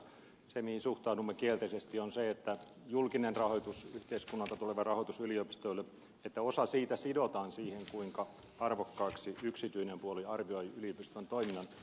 se mihin suhtaudumme kielteisesti on se että julkisesta rahoituksesta yhteiskunnalta tulevasta rahoituksesta yliopistoille osa sidotaan siihen kuinka arvokkaaksi yksityinen puoli arvioi yliopiston toiminnan